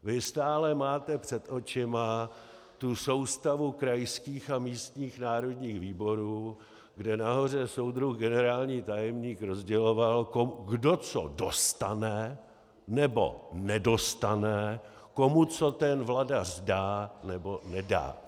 Vy stále máte před očima tu soustavu krajských a místních národních výborů, kde nahoře soudruh generální tajemník rozděloval, kdo co dostane nebo nedostane, komu co ten vladař dá nebo nedá.